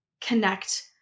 Connect